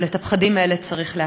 אבל את הפחדים האלה צריך להקטין,